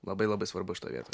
labai labai svarbu šitoj vietoj